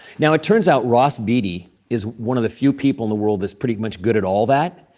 now, it turns out ross beaty is one of the few people in the world that's pretty much good at all that.